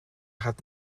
hat